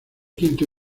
quinto